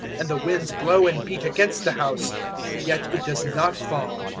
and the winds blow and beat against the house yet it does not fall,